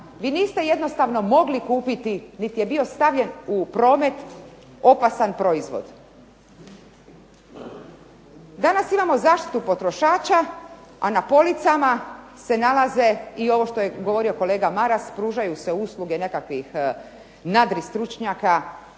vi niste jednostavno mogli kupiti niti je bio stavljen u promet opasan proizvod. Danas imamo zaštitu potrošača, a na policama se nalaze i ovo što je govorio kolega Maras pružaju se usluge nekakvih nadri stručnjaka,